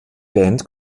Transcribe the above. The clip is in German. band